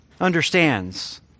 understands